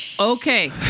okay